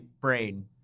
brain